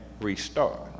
restart